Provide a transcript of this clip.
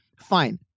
fine